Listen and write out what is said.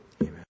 Amen